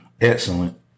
excellent